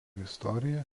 istoriją